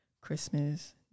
Christmas